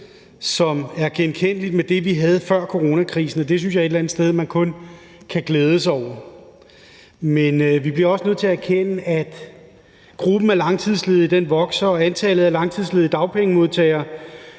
som er genkendeligt, i forhold til det vi havde før coronakrisen, og det synes jeg et eller andet sted man kun kan glæde sig over. Men vi bliver også nødt til at erkende, at gruppen af langtidsledige vokser og antallet af langtidsledige dagpengemodtagere